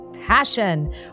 passion